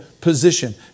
position